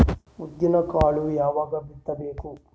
ಉದ್ದಿನಕಾಳು ಯಾವಾಗ ಬಿತ್ತು ಬೇಕು?